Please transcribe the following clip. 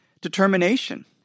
determination